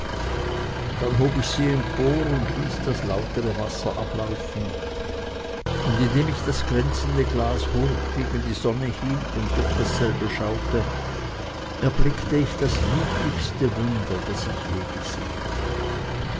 dann hob ich sie empor und ließ das lautere wasser ablaufen und indem ich das glänzende glas hoch gegen die sonne hielt und durch dasselbe schaute erblickte ich das lieblichste wunder das ich je gesehen